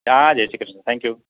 હા હા જય શ્રી કૃષ્ણ થેન્ક યુ